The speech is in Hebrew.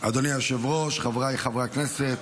אדוני היושב-ראש, חבריי חברי הכנסת,